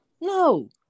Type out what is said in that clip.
No